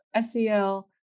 SEL